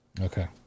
Okay